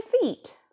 feet